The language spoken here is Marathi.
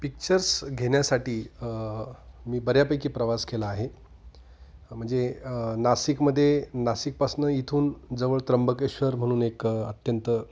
पिच्चर्स घेण्यासाठी मी बऱ्यापैकी प्रवास केला आहे म्हणजे नासिकमध्ये नासिकपासून इथून जवळ त्र्यंबकेश्वर म्हणून एक अत्यंत